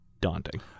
daunting